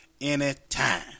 anytime